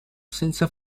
senza